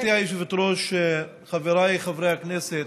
גברתי היושבת-ראש, חבריי חברי הכנסת,